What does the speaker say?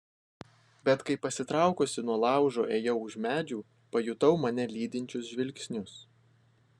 bet kai pasitraukusi nuo laužo ėjau už medžių pajutau mane lydinčius žvilgsnius